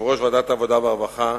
כיושב-ראש ועדת העבודה והרווחה,